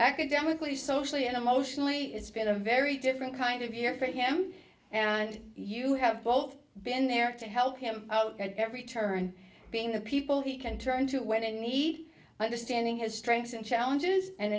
academically socially and emotionally it's been a very different kind of year for him and you have both been there to help him every turn being the people he can turn to when in need understanding his strengths and challenges and